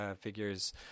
figures